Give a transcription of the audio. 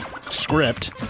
script